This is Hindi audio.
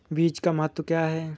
बीज का महत्व क्या है?